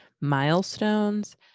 milestones